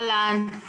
לך